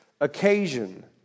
occasion